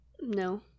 No